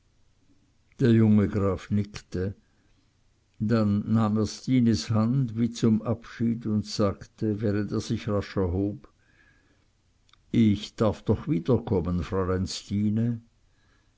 der junge graf nickte dann nahm er stines hand wie zum abschied und sagte während er sich rasch erhob ich darf doch wiederkommen fräulein stine